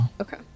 Okay